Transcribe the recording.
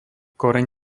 koreň